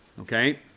okay